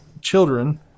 children